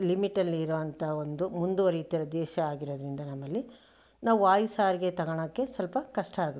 ಲಿಮಿಟಲ್ಲಿರೋಂಥ ಒಂದು ಮುಂದುವರಿಯುತ್ತಿರುವ ದೇಶ ಆಗಿರೋದರಿಂದ ನಮ್ಮಲ್ಲಿ ನಾವು ವಾಯು ಸಾರಿಗೆ ತಗೋಳ್ಳೋಕ್ಕೆ ಸ್ವಲ್ಪ ಕಷ್ಟ ಆಗತ್ತೆ